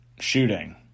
shooting